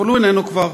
אבל הוא איננו כבר.